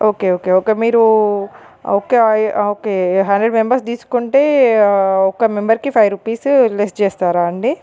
okay okay okay మీరు ఒకా okay hundred members తీసుకుంటే ఒక మెంబర్కి ఫైవ్ రుపీస్ లెస్ చేస్తారా అండి